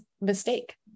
mistake